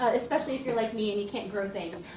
ah especially if you're like me and you can't grow things.